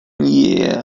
year